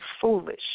foolish